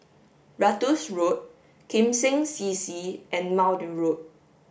Ratus Road Kim Seng C C and Maude Road